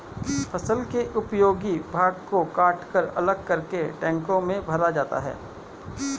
फसल के उपयोगी भाग को कटकर अलग करके ट्रकों में भरा जाता है